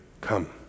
come